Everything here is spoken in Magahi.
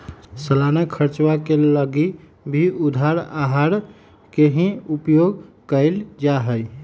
सालाना खर्चवा के लगी भी उधार आहर के ही उपयोग कइल जाहई